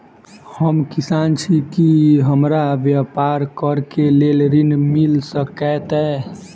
हम किसान छी की हमरा ब्यपार करऽ केँ लेल ऋण मिल सकैत ये?